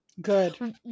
Good